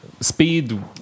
Speed